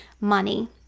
money